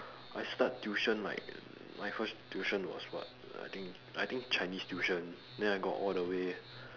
I start tuition like my first tuition was what I think I think chinese tuition then I go all the way